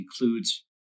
includes